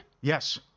Yes